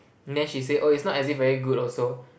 and then she say oh is not as it very good also